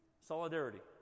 Solidarity